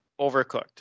overcooked